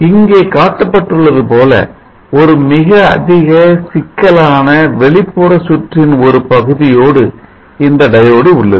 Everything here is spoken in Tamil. இங்கே காட்டப்பட்டுள்ளது போல ஒரு மிக அதிக சிக்கலான வெளிப்புற சுற்றின் ஒரு பகுதியாக இந்த டயோடு diode உள்ளது